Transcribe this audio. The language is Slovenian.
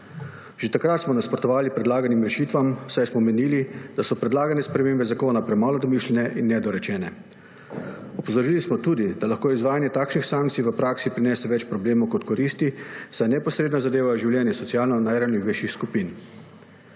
Že takrat smo nasprotovali predlaganim rešitvam, saj smo menili, da so predlagane spremembe zakona premalo domišljene in nedorečene. Opozorili smo tudi, da lahko izvajanje takšnih sankcij v praksi prinese več problemov kot koristi, saj neposredno zadevajo življenje socialno najranljivejših skupin.